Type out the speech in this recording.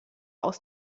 aus